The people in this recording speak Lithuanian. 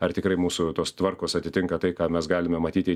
ar tikrai mūsų tos tvarkos atitinka tai ką mes galime matyti